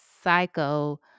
psycho